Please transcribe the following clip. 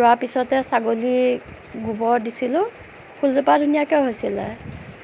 ৰুৱা পিছতে ছাগলী গোবৰ দিছিলোঁ ফুলজোপা ধুনীয়াকে হৈছিলে